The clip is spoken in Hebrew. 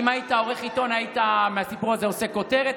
אם היית עורך עיתון היית מהסיפור הזה עושה כותרת,